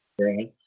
Right